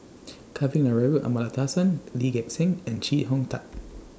Kavignareru Amallathasan Lee Gek Seng and Chee Hong Tat